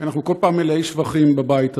כי אנחנו כל פעם מלאי שבחים בבית הזה,